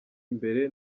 imbere